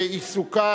שעיסוקו,